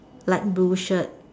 light blue shirt